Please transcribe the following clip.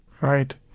right